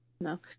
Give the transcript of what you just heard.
No